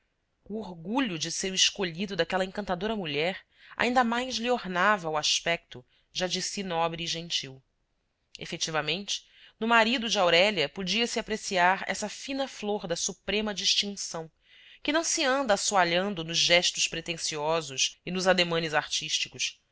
o orgulho de ser o escolhido daquela encantadora mulher ainda mais lhe ornava o aspecto já de si nobre e gentil efetivamente no marido de aurélia podia-se apreciar essa fina flor da suprema distinção que não se anda assoalhando nos gestos pretensiosos e nos ademanes artísticos